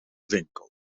winkel